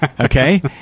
Okay